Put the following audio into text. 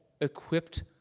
equipped